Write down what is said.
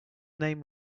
name